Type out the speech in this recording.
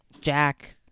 jack